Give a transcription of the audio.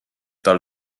tal